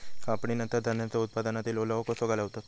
कापणीनंतर धान्यांचो उत्पादनातील ओलावो कसो घालवतत?